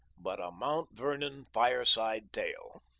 but a mount vernon fireside tale.